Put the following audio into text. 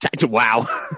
wow